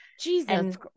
Jesus